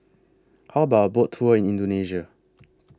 How about A Boat Tour in Indonesia